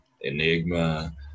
Enigma